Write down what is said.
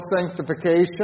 sanctification